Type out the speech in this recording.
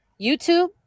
YouTube